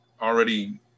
already